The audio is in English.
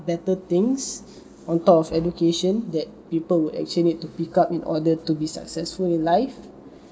better things on top of education that people will actually need to pick up in order to be successful in life